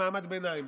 הם מעמד ביניים.